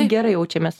gerai jaučiamės